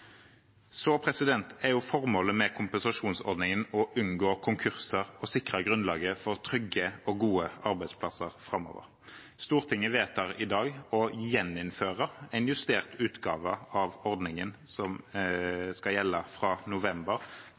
Formålet med kompensasjonsordningen er å unngå konkurser og sikre grunnlaget for trygge og gode arbeidsplasser framover. Stortinget vedtar i dag å gjeninnføre en justert utgave av ordningen, som skal gjelde fra november